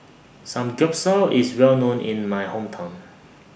Samgyeopsal IS Well known in My Hometown